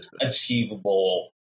achievable